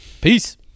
Peace